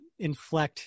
inflect